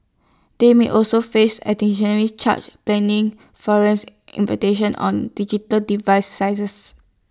they may also face additionally charge pending forensic investigations on digital device